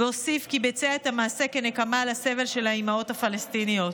והוסיף כי ביצע את המעשה כנקמה על הסבל של האימהות הפלסטיניות.